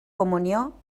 comunió